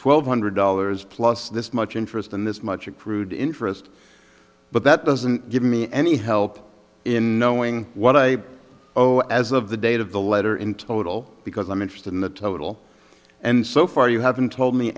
twelve hundred dollars plus this much interest in this much accrued interest but that doesn't give me any help in knowing what i owe a as of the date of the letter in total because i'm interested in the total and so far you haven't told me